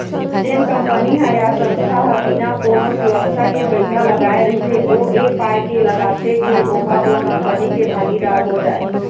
जेन कंपनी ह या संस्था ह बिना कोनो सुरक्छा के पइसा लगाय रहिथे ओ ऐ पाय के लगाथे के ओहा ओ कंपनी के भागीदार हो जाय